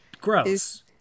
Gross